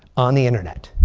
on the internet.